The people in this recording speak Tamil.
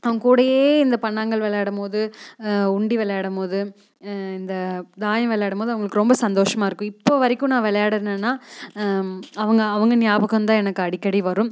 அவங்க கூடயே இந்த பண்ணாங்கல் விளையாடும்போது உண்டி விளையாடும்போது இந்த தாயம் விளையாடும்போது அவங்குளுக்கு ரொம்ப சந்தோஷமாயிருக்கும் இப்போ வரைக்கும் நான் விளாடுனன்னா அவங்க அவங்க ஞாபகம் தான் எனக்கு அடிக்கடி வரும்